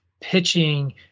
pitching